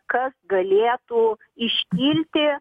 kas galėtų iškilti